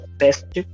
best